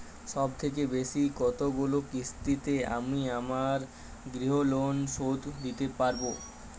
সবথেকে বেশী কতগুলো কিস্তিতে আমি আমার গৃহলোন শোধ দিতে পারব?